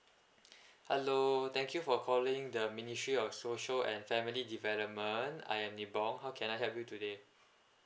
hello thank you for calling the ministry of social and family development I am ni bong how can I help you today